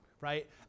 right